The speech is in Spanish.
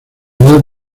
edad